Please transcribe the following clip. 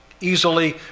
easily